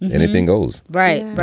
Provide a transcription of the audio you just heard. anything goes right.